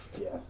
Yes